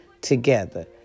together